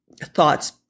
thoughts